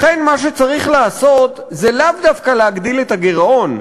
לכן מה שצריך לעשות זה לאו דווקא להגדיל את הגירעון.